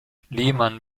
lehmann